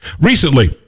Recently